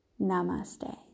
namaste